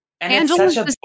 Angela